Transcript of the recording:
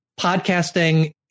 podcasting